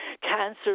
cancer